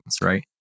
right